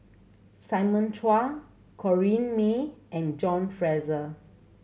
Simon Chua Corrinne May and John Fraser